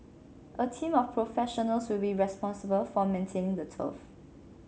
a team of professionals will be responsible for maintaining the turf